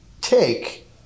take